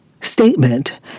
statement